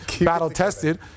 battle-tested